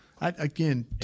Again